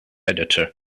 editor